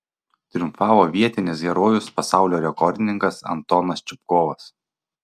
triumfavo vietinis herojus pasaulio rekordininkas antonas čupkovas